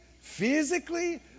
physically